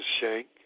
Shank